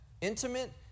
intimate